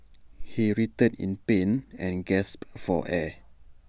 he writhed in pain and gasped for air